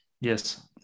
Yes